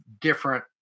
different